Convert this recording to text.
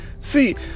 See